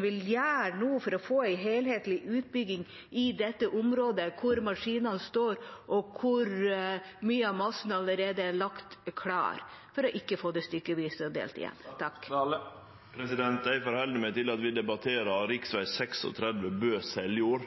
vil gjøre nå for å få en helhetlig utbygging i dette området – hvor maskinene står, og hvor mye av massen allerede er lagt klar – for ikke å få det stykkevis og delt igjen. Eg held meg til at vi debatterer rv. 36 Bø–Seljord.